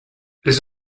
les